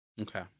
Okay